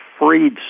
freed